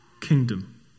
kingdom